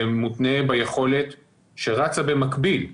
זה מותנה ביכולת שרצה במקביל,